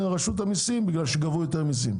רשות המסים, בגלל שהיא גבתה יותר מסים.